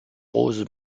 rose